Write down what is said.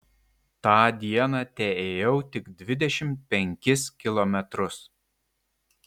tą dieną teėjau tik dvidešimt penkis kilometrus